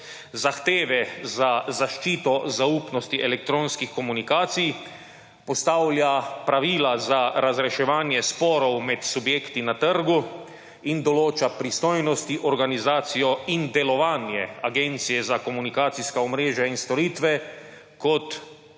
zahteve za zaščito zaupnosti elektronskih komunikacij; postavlja pravila za razreševanje sporov med subjekti na trgu in odloča pristojnosti, organizacijo in delovanje Agencije za komunikacijska omrežja in storitve kot